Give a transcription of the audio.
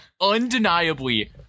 undeniably